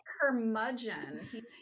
curmudgeon